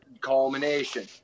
culmination